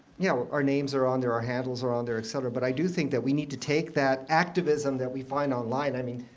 you know our names are on there, our handles are on there, et cetera. but i do think that we need to take that activism that we find online i mean,